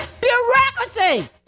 bureaucracy